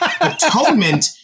atonement